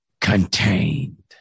contained